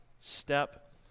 step